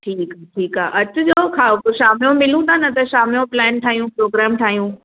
ठीकु आहे ठीकु आहे अचिजो खाओ पोइ शाम जो मिलूं था न त शाम जो प्लैन ठाहियूं प्रोग्राम ठाहियूं